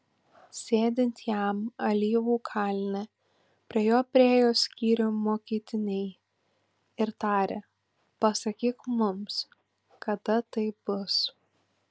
sėdint jam alyvų kalne prie jo priėjo skyrium mokytiniai ir tarė pasakyk mums kada tai bus